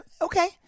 Okay